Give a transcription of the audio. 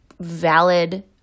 valid